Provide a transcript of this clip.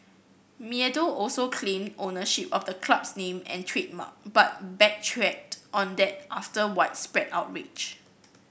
Meadow also claimed ownership of the club's name and trademark but backtracked on that after widespread outrage